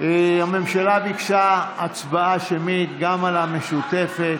הממשלה ביקשה הצבעה שמית גם על המשותפת,